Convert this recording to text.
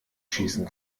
schießen